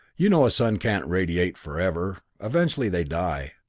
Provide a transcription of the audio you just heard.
you know a sun can't radiate forever eventually they die.